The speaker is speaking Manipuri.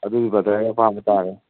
ꯑꯗꯨꯗꯤ ꯕ꯭ꯔꯗꯔꯒꯤ ꯑꯄꯥꯝꯕ ꯇꯥꯔꯦ